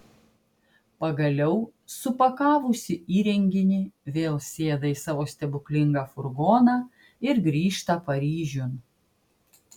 pagaliau supakavusi įrenginį vėl sėda į savo stebuklingą furgoną ir grįžta paryžiun